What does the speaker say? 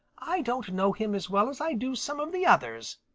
i don't know him as well as i do some of the others,